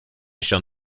shall